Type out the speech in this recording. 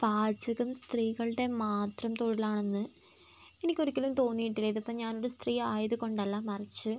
പാചകം സ്ത്രീകളുടെ മാത്രം തൊഴിലാണെന്ന് എനിക്ക് ഒരിക്കലും തോന്നിയിട്ടില്ല ഇതിപ്പോൾ ഞാൻ ഒരു സ്ത്രീ ആയതുകൊണ്ടല്ല മറിച്ച്